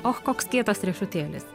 och koks kietas riešutėlis